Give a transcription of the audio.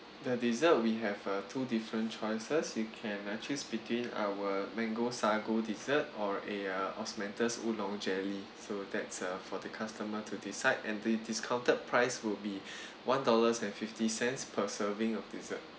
the dessert we have uh two different choices you can choose between our mango sago dessert or a uh osmanthus oolong jelly so that's uh for the customer to decide and the discounted price would be one dollars and fifty cents per serving of dessert